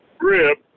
rib